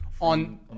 on